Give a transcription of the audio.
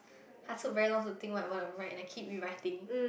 I took very long to think what I want to write then keep rewriting